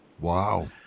Wow